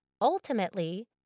ultimately